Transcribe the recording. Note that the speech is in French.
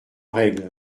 règle